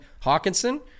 Hawkinson